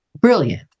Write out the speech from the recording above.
brilliant